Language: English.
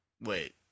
Wait